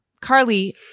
Carly